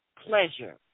pleasure